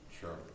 Sure